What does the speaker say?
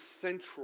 central